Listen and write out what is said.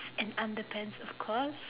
and underpants of course